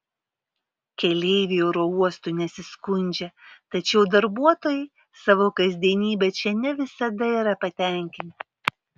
keleiviai oro uostu nesiskundžia tačiau darbuotojai savo kasdienybe čia ne visada yra patenkinti